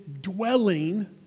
dwelling